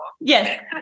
Yes